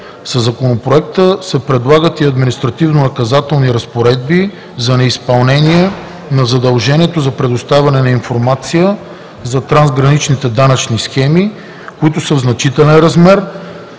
Със Законопроекта се предлагат и административнонаказателни разпоредби за неизпълнение на задължението за предоставяне на информация за трансгранични данъчни схеми, които са в значителен размер,